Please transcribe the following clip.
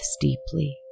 deeply